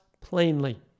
plainly